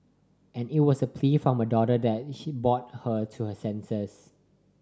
and it was a plea from her daughter that he brought her to her senses